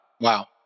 wow